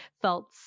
felt